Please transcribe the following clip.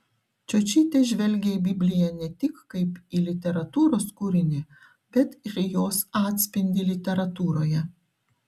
čiočytė žvelgia į bibliją ne tik kaip į literatūros kūrinį bet ir į jos atspindį literatūroje